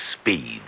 speed